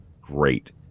great